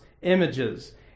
images